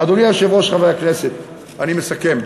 אדוני היושב-ראש, חברי הכנסת, אני מסכם.